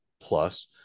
Plus